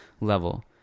level